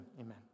amen